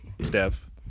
Steph